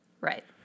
Right